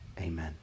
Amen